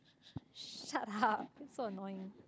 shut up it's so annoying